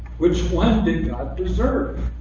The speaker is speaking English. which one did god preserve?